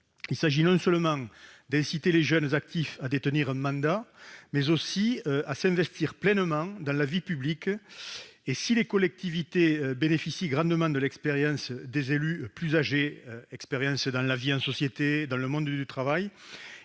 Il s'agit non seulement d'inciter de jeunes actifs à détenir un mandat, mais aussi à s'investir pleinement dans la vie publique. Si les collectivités bénéficient grandement de l'expérience de la vie en société et du monde du travail